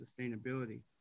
sustainability